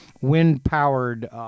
wind-powered